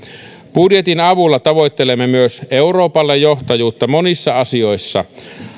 budjetin avulla tavoittelemme myös euroopalle johtajuutta monissa asioissa